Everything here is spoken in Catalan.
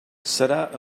serà